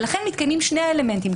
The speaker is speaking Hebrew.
לכן מתקיימים שני האלמנטים,